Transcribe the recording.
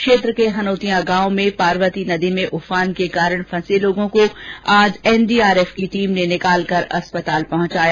क्षेत्र के हनोतिया गांव में पार्वती नदी में उफान के कारण फंसे लोगों को आज एनडीआरएफ की टीम ने निकाल कर अस्पताल पहुंचाया